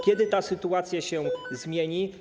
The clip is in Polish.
Kiedy ta sytuacja się zmieni?